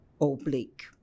oblique